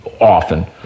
often